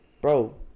Bro